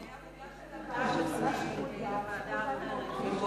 זה בדיוק העניין, שהופעל שיקול דעת מהותי.